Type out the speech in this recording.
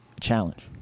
challenge